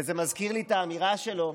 וזה מזכיר לי את האמירה שלו,